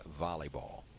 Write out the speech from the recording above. volleyball